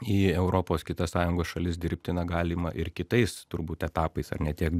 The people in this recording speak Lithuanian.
į europos kitas sąjungos šalis dirbti na galima ir kitais turbūt etapais ar ne tiek